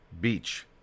Beach